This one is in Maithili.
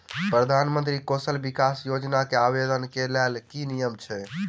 प्रधानमंत्री कौशल विकास योजना केँ आवेदन केँ लेल की नियम अछि?